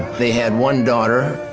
they had one daughter,